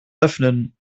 öffnen